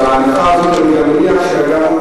אבל בהנחה הזאת שאני גם מניח,